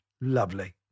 Lovely